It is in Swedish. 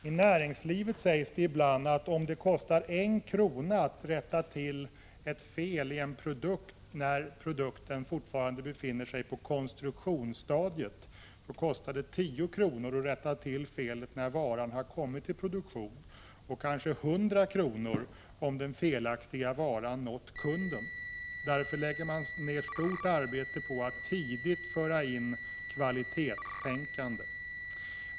I näringslivet sägs det ibland att om det kostar en krona att rätta till ett fel i en produkt när den fortfarande befinner sig på konstruktionsstadiet, då kostar det tio kronor att rätta till felet när varan har kommit i produktion och kanske hundra kronor om den felaktiga varan nått kunden. Därför lägger man ner stort arbete på att tidigt föra in kvalitetstänkande.